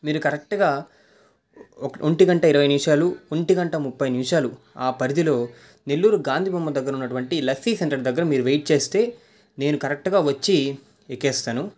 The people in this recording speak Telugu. మీరు కరెక్ట్గా ఒంటిగంట ఇరవై నిమిషాలు ఒంటిగంట ముప్పై నిమిషాలు ఆ పరిధిలో నెల్లూరు గాంధీ బొమ్మ దగ్గర ఉన్నటువంటి లస్సీ సెంటర్ దగ్గర మీరు వెయిట్ చేస్తే నేను కరెక్ట్గా వచ్చి ఎక్కేస్తాను